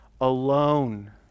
alone